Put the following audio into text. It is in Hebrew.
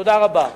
תודה רבה.